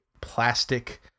plastic